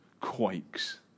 quakes